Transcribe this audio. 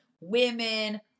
women